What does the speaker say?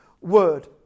word